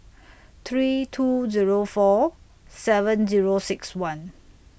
three two Zero four seven Zero six one